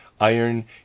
Iron